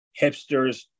Hipsters